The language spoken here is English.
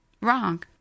wrong